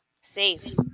safe